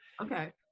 okay